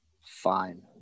fine